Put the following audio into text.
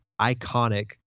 iconic